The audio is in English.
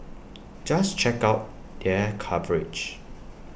just check out their coverage